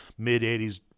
mid-'80s